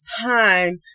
time